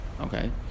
Okay